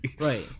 Right